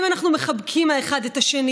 אם אנחנו מחבקים אחד את השני,